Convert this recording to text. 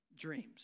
dreams